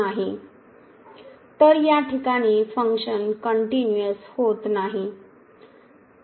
तर या ठिकाणी फंक्शन कनट्युनिअस होत नाही